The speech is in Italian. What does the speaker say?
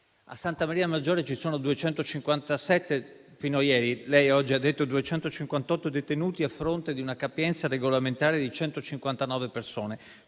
A Santa Maria Maggiore ci sono 257 (fino a ieri, lei oggi ha detto 258) detenuti, a fronte di una capienza regolamentare di 159 persone: